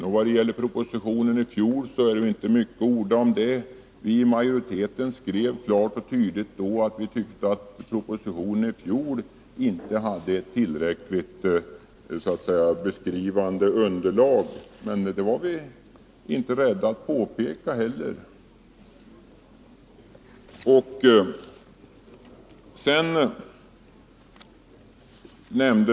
Och vad gäller propositionen i fjol är det inte mycket att orda om nu. Vi i utskottsmajoriteten skrev då klart och tydligt att vi tyckte att propositionen inte hade ett tillräckligt beskrivande och analyserande underlag. Men det var vi inte rädda för att påpeka heller.